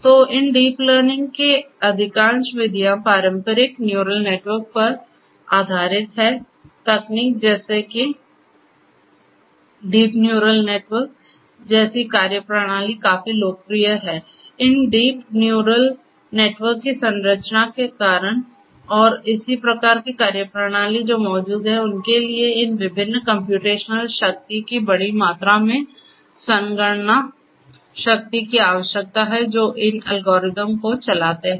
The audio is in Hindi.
तो इन डीप लर्निंग की अधिकांश विधियाँ पारंपरिक न्यूरल नेटवर्क पर आधारित हैं तकनीक जैसे किडीप न्यूरल नेटवर्क जैसी कार्यप्रणाली काफी लोकप्रिय हैं इन डीप न्यूरल नेटवर्क की संरचना के कारण और इसी प्रकार की कार्यप्रणाली जो मौजूद हैं उनके लिए इन विभिन्न कम्प्यूटेशनल शक्ति की बड़ी मात्रा में संगणना शक्ति की आवश्यकता है जो इन एल्गोरिदम को चलाते हैं